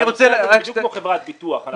אנחנו לא כמו חברת ביטוח.